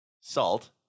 Salt